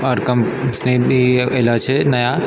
आओर कम से भी अइलऽ छै नया